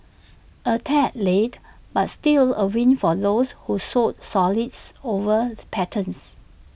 A tad late but still A win for those who sold solids over patterns